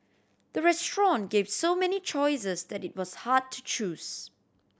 the restaurant gave so many choices that it was hard to choose